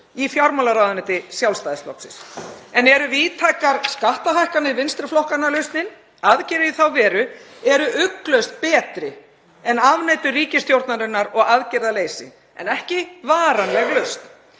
í fjármálaráðuneyti Sjálfstæðisflokksins. En eru víðtækar skattahækkanir vinstri flokkanna lausnin? Aðgerðir í þá veru eru ugglaust betri en afneitun ríkisstjórnarinnar og aðgerðaleysi, en ekki varanleg lausn.